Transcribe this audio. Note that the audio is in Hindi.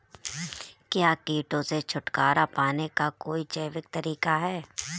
क्या कीटों से छुटकारा पाने का कोई जैविक तरीका है?